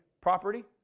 property